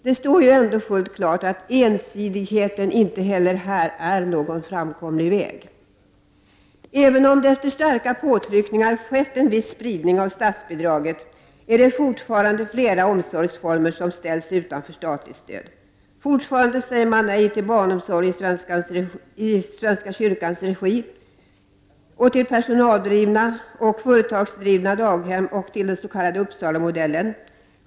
Det står ju ändå fullt klart att ensidigheten inte heller här är någon framkomlig väg. Även om det, efter starka påtryckningar, har skett en viss spridning av statsbidraget, är det fortfarande flera omsorgsformer som ställs utanför statligt stöd. Fortfarande säger man nej till barnomsorg i svenska kyrkans regi, till personaldrivna och företagsdrivna daghem och till ”Uppsalamodellen”.